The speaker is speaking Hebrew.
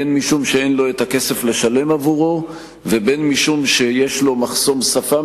בין משום שאין לו כסף לשלם עבורו ובין משום שיש לו מחסום שפה,